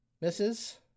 Misses